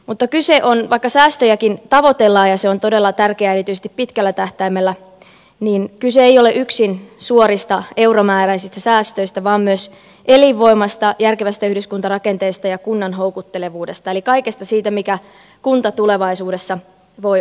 mutta vaikka säästöjäkin tavoitellaan ja se on todella tärkeää erityisesti pitkällä tähtäimellä kyse ei ole yksin suorista euromääräisistä säästöistä vaan myös elinvoimasta järkevästä yhdyskuntarakenteesta ja kunnan houkuttelevuudesta eli kaikesta siitä mikä kunta tulevaisuudessa voi olla